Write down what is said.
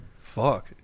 fuck